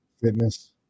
Fitness